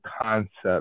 concept